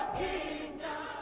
kingdom